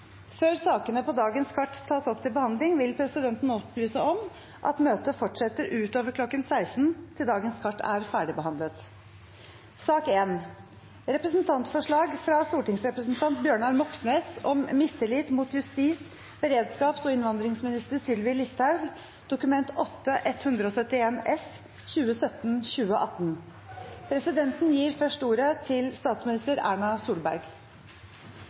Før sakene på dagens kart tas opp til behandling, vil presidenten opplyse om at møtet fortsetter utover kl. 16 til dagens kart er ferdigbehandlet. Presidenten gir først ordet til statsminister Erna Solberg.